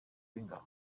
w’ingabo